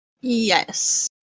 Yes